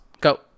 Go